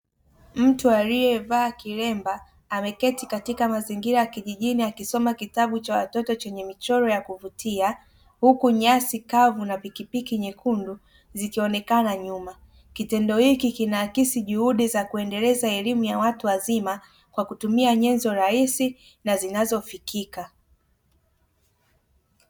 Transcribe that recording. Mtu aliyevaa kilemba ameketi katika mazingira ya kijijini akisoma kitabu cha watoto chenye michoro ya kuvutia huku nyasi kavu na pikipiki nyekundu zikionekana nyuma, kitendo hiki kinahakisi juhudi za kuendeleza elimu ya watu wazima kwa kutumia nyenzo rahisi na zinazofikika.